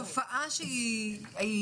אבל זו תופעה רחבה?